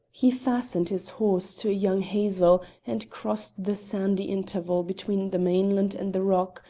he fastened his horse to a young hazel and crossed the sandy interval between the mainland and the rock,